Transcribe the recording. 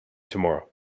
tomorrow